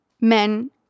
men